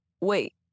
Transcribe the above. Wait